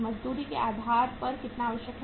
मजदूरी के आधार पर कितना आवश्यक है